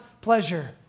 pleasure